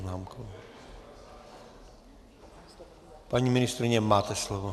Paní ministryně, máte slovo.